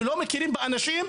שלא מכירים באנשים,